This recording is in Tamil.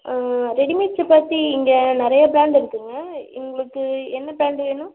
ரெடிமேட் சப்பாத்தி இங்கே நிறைய ப்ராண்ட் இருக்குதுங்க உங்ளுக்கு என்ன ப்ராண்டு வேணும்